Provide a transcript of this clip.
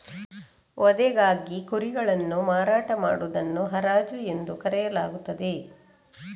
ವಧೆಗಾಗಿ ಕುರಿಗಳನ್ನು ಮಾರಾಟ ಮಾಡುವುದನ್ನು ಹರಾಜು ಎಂದು ಕರೆಯಲಾಗುತ್ತದೆ